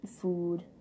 food